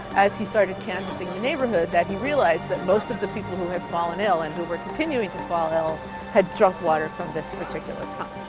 as he started canvassing neighborhood, that he realized that most of the people who had fallen ill and who were continuing to fall ill had drunk water from the particular